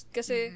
Kasi